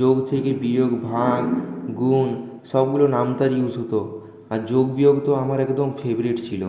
যোগ থেকে বিয়োগ ভাগ গুণ সবগুলো নামতার ইউজ হতো আর যোগ বিয়োগ তো আমার একদম ফেভারিট ছিল